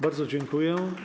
Bardzo dziękuję.